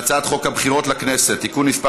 אנחנו עוברים להצעת חוק הבחירות לכנסת (תיקון מס'